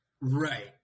Right